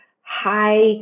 high